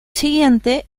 siguiente